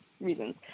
reasons